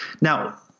Now